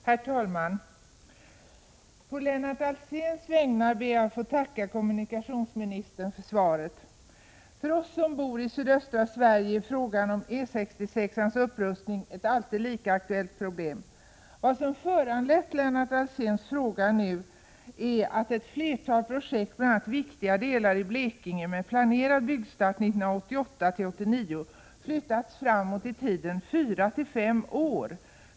Herr talman! På Lennart Alséns vägnar tackar jag kommunikationsministern för svaret. För oss som bor i sydöstra Sverige är frågan om E 66:ans upprustning ett alltid lika aktuellt problem. Vad som föranlett Lennart Alséns fråga nu är att 67 ett flertal projekt, bl.a. två viktiga delar i Blekinge med planerad byggstart 1988-1989, flyttats framåt i tiden fyra fem år.